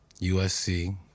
USC